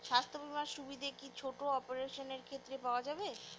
স্বাস্থ্য বীমার সুবিধে কি ছোট অপারেশনের ক্ষেত্রে পাওয়া যাবে?